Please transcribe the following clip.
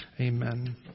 Amen